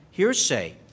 hearsay